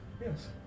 Yes